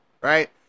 right